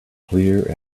clear